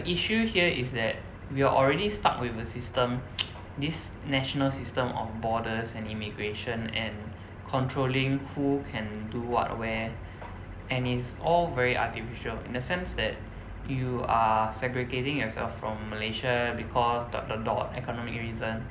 issue here is that we are already stuck with the system this national system of borders and immigration and controlling who can do what where and it's all very artificial in the sense that you are segregating yourself from Malaysia because dot dot dot economic reason